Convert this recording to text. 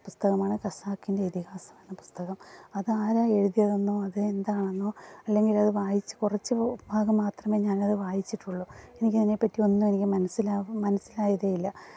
പുസ്തകമാണ് ഖസാക്കിന്റെ ഇതിഹാസം എന്ന പുസ്തകം അതാരാണ് എഴുതിയതെന്നോ അത് എന്താണെന്നോ അല്ലെങ്കിലത് വായിച്ച് കുറച്ച് ഭാഗം മാത്രമെ ഞാനത് വായിച്ചിട്ടുള്ളൂ എനിക്കതിനെപ്പറ്റി ഒന്നും എനിക്ക് മനസ്സിലായില്ല മനസ്സിലായതേയില്ല